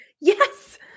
Yes